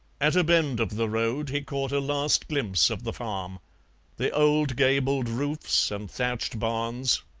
at a bend of the road he caught a last glimpse of the farm the old gabled roofs and thatched barns,